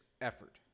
effort